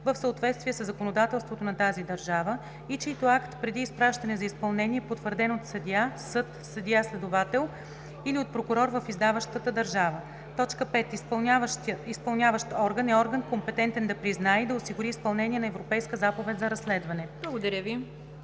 в съответствие със законодателството на тази държава и чийто акт преди изпращане за изпълнение е потвърден от съдия, съд, съдия-следовател или от прокурор в издаващата държава. 5. „Изпълняващ орган“ е орган, компетентен да признае и да осигури изпълнение на Европейска заповед за разследване.“